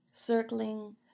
circling